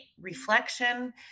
reflection